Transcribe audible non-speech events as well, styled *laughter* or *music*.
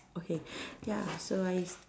okay *breath* ya so I st~